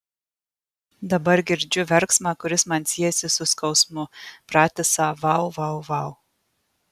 dabar girdžiu verksmą kuris man siejasi su skausmu pratisą vau vau vau